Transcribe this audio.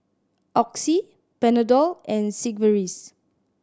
Oxy Panadol and Sigvaris